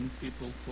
people